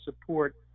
support